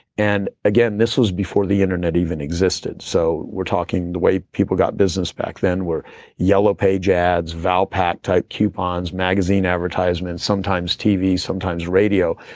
and again, this was before the internet even existed. so we're talking the way people got business back then were yellow page ads, val pack type coupons, magazine advertisements, sometimes tv, sometimes radio,